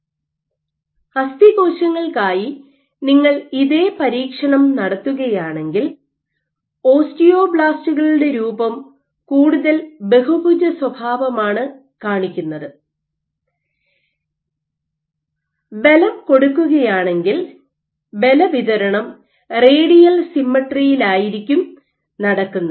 Refer slide Time 1317 അസ്ഥികോശങ്ങൾക്കായി നിങ്ങൾ ഇതേ പരീക്ഷണം നടത്തുകയാണെങ്കിൽ ഓസ്റ്റിയോബ്ലാസ്റ്റുകളുടെ രൂപം കൂടുതൽ ബഹുഭുജ സ്വഭാവമാണ് കാണിക്കുന്നത് ബലം കൊടുക്കുകയാണെങ്കിൽ ബലം വിതരണം റേഡിയൽ സിമെട്രിയിലായിരിക്കും നടക്കുന്നത്